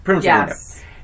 Yes